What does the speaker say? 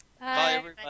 bye